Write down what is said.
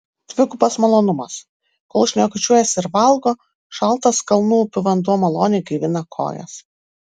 dvigubas malonumas kol šnekučiuojasi ir valgo šaltas kalnų upių vanduo maloniai gaivina kojas